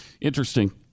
Interesting